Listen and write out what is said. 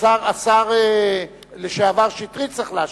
השר לשעבר שטרית צריך להשיב.